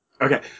Okay